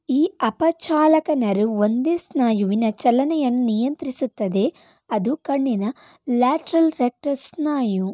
ಈ ಅಪಚಾಲಕ ನರವ್ ಒಂದೇ ಸ್ನಾಯುವಿನ ಚಲನೆಯನ್ನು ನಿಯಂತ್ರಿಸುತ್ತದೆ ಅದು ಕಣ್ಣಿನ ಲ್ಯಾಟರಲ್ ರೆಕ್ಟಸ್ ಸ್ನಾಯು